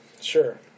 Sure